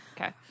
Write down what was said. okay